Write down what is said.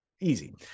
Easy